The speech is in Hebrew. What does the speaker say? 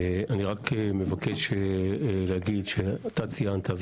אני רק מבקש להגיד שאתה ציינת,